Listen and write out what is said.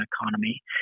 economy